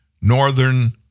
northern